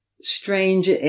strange